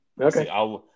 Okay